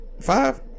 Five